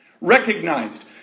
recognized